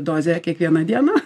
dozę kiekvieną dieną